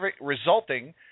resulting